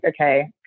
okay